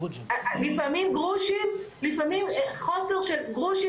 לפעמים גרושים לפעמים חוסר של גרושים